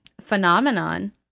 Phenomenon